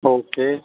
okay